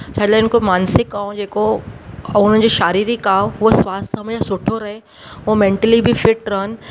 छाहे लाइन को मानसिक ऐं जेको ऐं हुन जो शारीरिक आहे हूअ स्वास्थ्य में सुठो रहे उहो मेंटली बि फिट रहनि